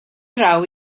draw